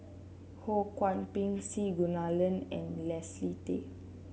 Ho Kwon Ping C Kunalan and Leslie Tay